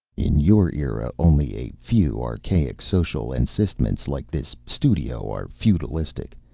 in your era, only a few archaic social-encystments like this studio are feudalistic,